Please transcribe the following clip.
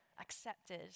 accepted